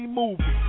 movie